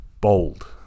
bold